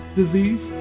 disease